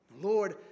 Lord